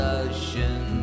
ocean